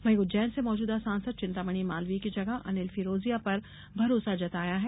वहीं उज्जैन से मौजूदा सांसद चिंतामणि मालवीय की जगह अनिल फिरोजिया पर भरोसा जताया है